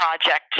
project